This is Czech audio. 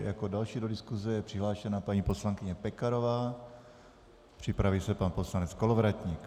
Jako další do diskuse je přihlášena paní poslankyně Pekarová, připraví se pan poslanec Kolovratník.